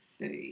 food